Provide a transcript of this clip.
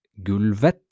Gulvet